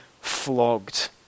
flogged